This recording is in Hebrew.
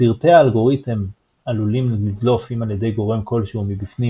פרטי האלגוריתם עלולים לדלוף אם על ידי גורם כלשהו מבפנים,